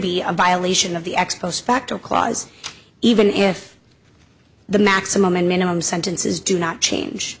be a violation of the ex post facto clause even if the maximum and minimum sentences do not change